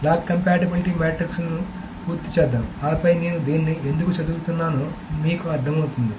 lock compatibility matrix ను పూర్తి చేద్దాం ఆపై నేను దీన్ని ఎందుకు చెబుతున్నానో మీకు అర్థమవుతుంది